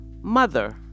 mother